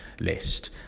list